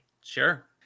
Sure